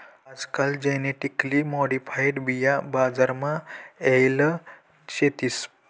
आजकाल genetically modified बिया बजार मा येल शेतीस